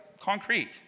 concrete